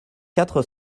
quatre